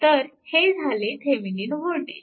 तर हे झाले थेविनिन वोल्टेज